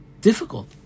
difficult